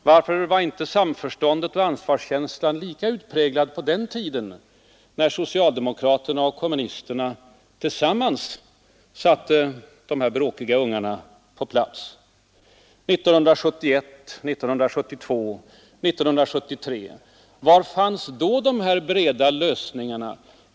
Varför var inte samförståndet och ansvarskänslan lika utpräglade på den tiden när socialdemokraterna och kommunisterna tillsammans satte de bråkiga ungarna på plats? Var fanns de här breda lösningarna 1971, 1972 och 1973?